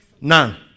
none